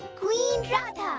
queen radha